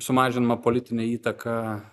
sumažinama politinė įtaka